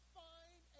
find